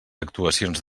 actuacions